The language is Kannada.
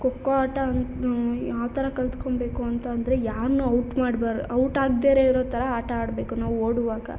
ಖೋಖೋ ಆಟ ಅಂ ಯಾವ ಥರ ಕಲ್ತ್ಕೊಬೇಕು ಅಂತ ಅಂದರೆ ಯಾರನ್ನೂ ಔಟ್ ಮಾಡ್ಬಾರ್ ಔಟ್ ಆಗ್ದೆ ಇರೋ ಥರ ಆಟ ಆಡಬೇಕು ನಾವು ಓಡುವಾಗ